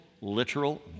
literal